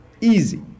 Easy